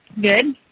Good